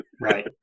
Right